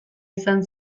izan